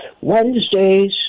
Wednesday's